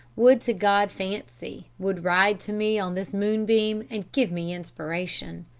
would to god fancy would ride to me on this moonbeam and give me inspiration!